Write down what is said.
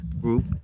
group